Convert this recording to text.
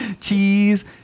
cheese